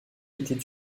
était